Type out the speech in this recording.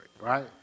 Right